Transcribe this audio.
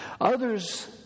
Others